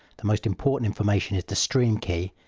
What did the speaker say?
the most important information is the stream key,